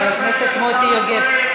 חבר הכנסת מוטי יוגב.